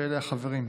ואלה החברים: